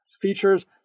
features